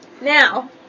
now